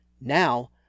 Now